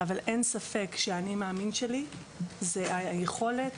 אבל אין ספק שה"אני מאמין" שלי זו היכולת